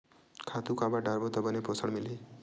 खातु काबर डारबो त बने पोषण मिलही?